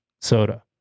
soda